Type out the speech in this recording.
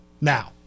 Now